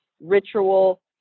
ritual